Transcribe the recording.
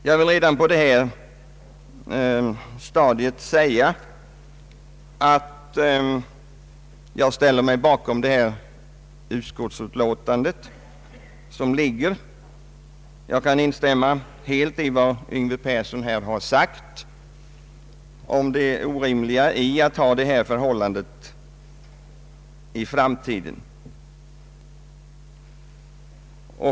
Jag vill redan på detta stadium säga att jag ställer mig bakom det föreliggande utskottsförslaget. Jag kan instämma helt i vad herr Yngve Persson här har sagt om det orimliga i att ha detta förhållande kvar i framtiden.